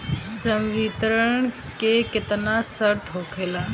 संवितरण के केतना शर्त होखेला?